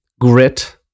Grit